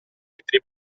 metri